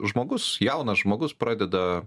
žmogus jaunas žmogus pradeda